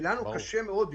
ולנו קשה מאוד,